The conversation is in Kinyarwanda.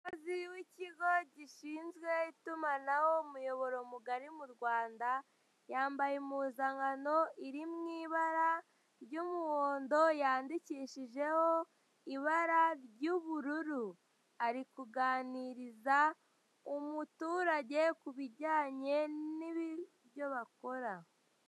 Umuyobozi w'ikigo gishinzwe itumanaho umuyoboro mugari mu Rwanda, yambaye impuzankano iri mu ibara ry'umuhondo yandikishijeho ibara ry'ubururu, ari kuganiriza umuturage ku bijyanye n'ibyo bakora.